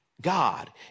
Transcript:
God